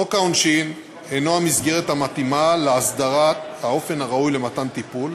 חוק העונשין אינו המסגרת המתאימה להסדרת האופן הראוי למתן טיפול,